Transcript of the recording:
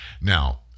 Now